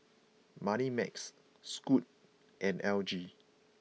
Moneymax Scoot and L G